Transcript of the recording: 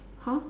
!huh!